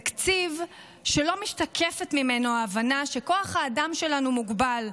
תקציב שלא משתקפת ממנו ההבנה שכוח האדם שלנו מוגבל,